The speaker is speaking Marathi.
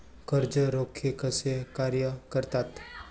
कर्ज रोखे कसे कार्य करतात?